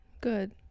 Good